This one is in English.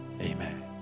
amen